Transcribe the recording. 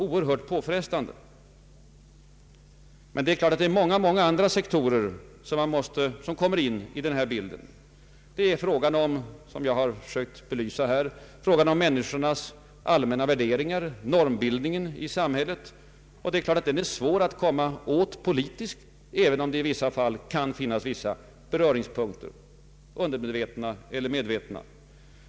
Det är klart att många andra sektorer också kommer in i den bild som jag här har försökt belysa: människornas allmänna värderingar, normbildningen i samhället o. s. v. Sådana saker är svåra att komma åt politiskt även om det i vissa fall kan finnas beröringspunkter, undermedvetna eller medvetna.